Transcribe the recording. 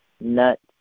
nuts